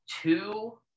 two